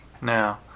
Now